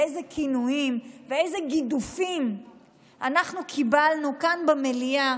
אילו כינויים ואילו גידופים אנחנו קיבלנו כאן במליאה